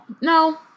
No